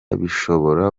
bishobora